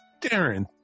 Darren